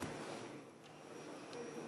חבר הכנסת אברהם מיכאלי.